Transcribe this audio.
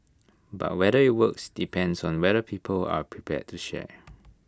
but whether IT works depends on whether people are prepared to share